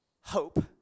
Hope